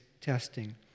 testing